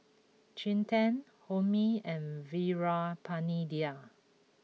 Chetan Homi and Veerapandiya